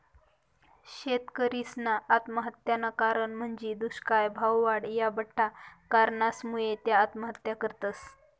शेतकरीसना आत्महत्यानं कारण म्हंजी दुष्काय, भाववाढ, या बठ्ठा कारणसमुये त्या आत्महत्या करतस